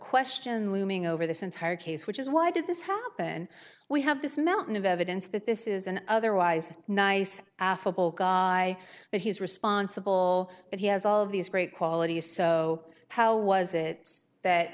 question looming over this entire case which is why did this happen we have this mountain of evidence that this is an otherwise nice affable guy that he's responsible but he has all of these great qualities so how was it that